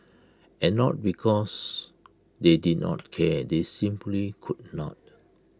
and not because they did not care they simply could not